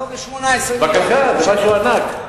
קרוב ל-18, בבקשה, זה משהו ענק.